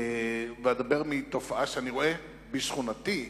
ואדבר על תופעה שאני רואה בשכונתי.